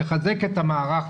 נחזק את המערך.